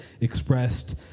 expressed